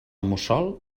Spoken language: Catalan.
mussol